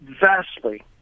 vastly